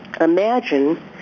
imagine